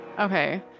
Okay